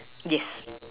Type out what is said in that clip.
yes